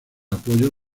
apoyo